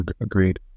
Agreed